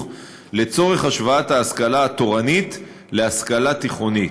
לצורך השוואת ההשכלה התורנית להשכלה תיכונית.